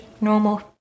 normal